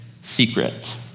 secret